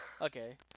Okay